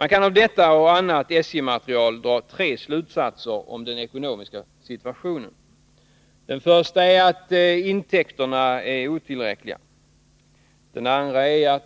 Man kan av detta och annat SJ-material dra tre slutsatser om den ekonomiska situationen. För det första: Intäkterna är otillräckliga. För det andra: